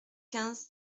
quinze